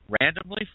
randomly